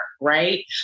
right